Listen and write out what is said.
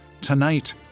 Tonight